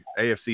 AFC